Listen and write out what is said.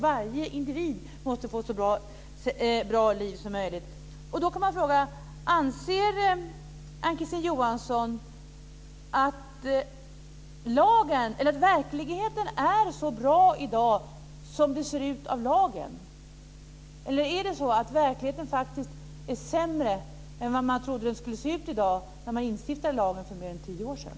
Varje individ måste få ett så bra liv som möjligt. Anser Ann-Kristine Johansson att verkligheten är så bra som det ser ut i lagen? Eller är det så att verkligheten faktiskt ser sämre ut i dag än vad man trodde när man instiftade lagen för mer än tio år sedan?